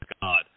God